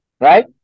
Right